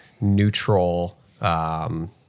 neutral